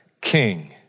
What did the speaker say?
king